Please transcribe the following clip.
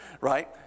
right